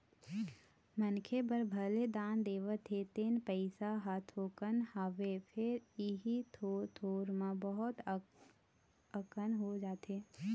मनखे बर भले दान देवत हे तेन पइसा ह थोकन हवय फेर इही थोर थोर म बहुत अकन हो जाथे